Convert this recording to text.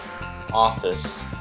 office